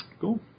Cool